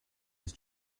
his